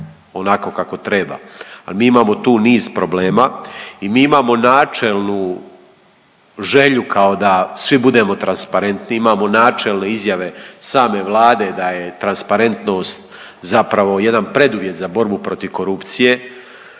onako kako treba, a mi imamo tu niz problema i mi imamo načelnu želju kao da svi budemo transparentni, imamo načelne izjave same Vlade da je transparentnost zapravo jedan preduvjet za borbu protiv korupcije,